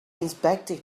inspected